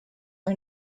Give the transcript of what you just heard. are